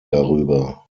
darüber